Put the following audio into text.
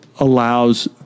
allows